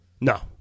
No